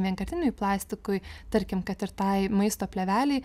vienkartiniui plastikui tarkim kad ir tai maisto plėvelei